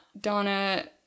Donna